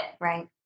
Right